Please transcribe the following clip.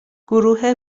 گروه